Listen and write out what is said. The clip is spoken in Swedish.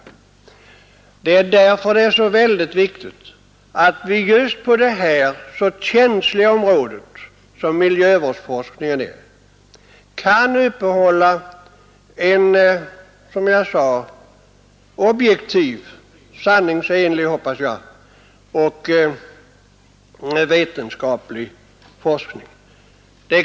Därför är det mycket viktigt att vi just beträffande miljövårdsforskningens känsliga område kan upprätthålla en objektiv, sanningsenlig och vetenskaplig forskning.